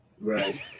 Right